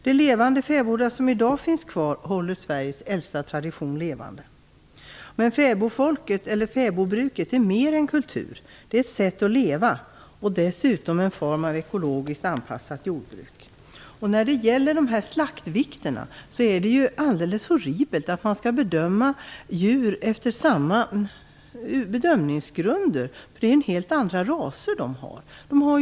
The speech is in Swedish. De levande fäbodar som i dag finns kvar håller Sveriges äldsta tradition levande. Men fäbodfolket och fäbodbruket är mer än kultur. Det är ett sätt att leva, och dessutom en form av ekologiskt anpassat jordbruk. När det gäller slaktvikterna är det alldeles horribelt att man skall bedöma alla djur efter samma bedömningsgrunder. Det är helt andra raser fäbodbrukarna har.